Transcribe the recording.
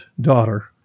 daughter